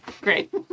great